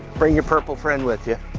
bring your purple friend with you